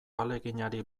ahaleginari